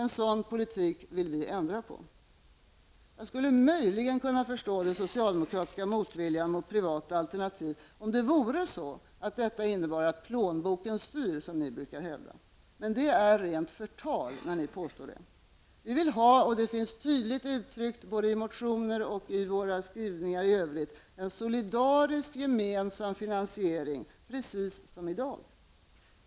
En sådan politik vill vi ändra på. Jag skulle möjligen kunna förstå den socialdemokratiska motviljan mot privata alternativ om det vore så att de innebär att ''plånboken styr'', som ni brukar hävda. Men det är rent förtal när ni påstår det. Vi vill ha -- och det finns tydligt uttryckt i motioner och i våra skrivningar i övrigt -- en solidarisk, gemensam finansiering, precis som i dag.